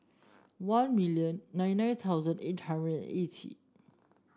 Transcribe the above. one million nine nine thousand eight hundred and eighty